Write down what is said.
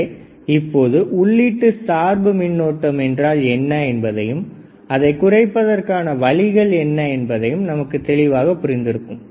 எனவே இப்போது உள்ளீட்டு சார்பு மின்னோட்டம் என்றால் என்ன என்பதையும் அதை குறைப்பதற்கான வழிகள் என்ன என்பதும் நமக்குத் தெளிவாகப் புரிந்திருக்கும்